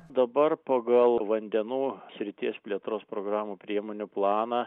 dabar pagal vandenų srities plėtros programų priemonių planą